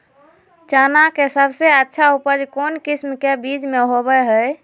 चना के सबसे अच्छा उपज कौन किस्म के बीच में होबो हय?